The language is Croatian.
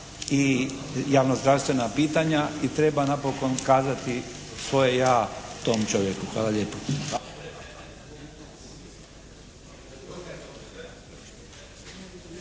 i javno-zdravstvena pitanja. I treba napokon kazati svoje "ja" tom čovjeku. Hvala lijepa.